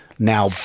now